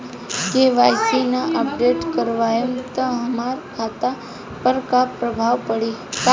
KYC ना update करवाएम त हमार खाता पर का प्रभाव पड़ी?